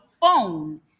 phone